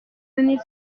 venez